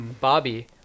Bobby